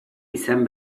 izan